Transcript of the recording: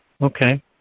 Okay